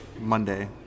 Monday